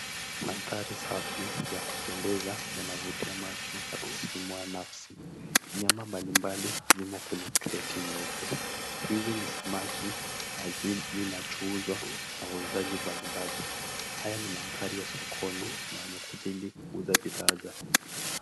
Mandhari safi ya kupendeza yanavutia macho ya kusisimua nafsi. Nyama mbalimbali zimo kwenye kreti nyeupe. Hizi ni samaki zinachuuzwa na wauzaji mbalimbali. Haya ni mandhari ya sokoni na wamekuja ili kuuza bidhaa zao.